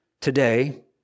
today